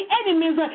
enemies